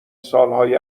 سالهای